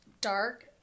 dark